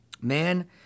Man